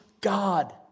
God